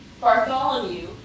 Bartholomew